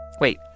Wait